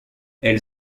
elle